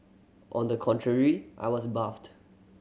on the contrary I was baffled